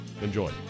Enjoy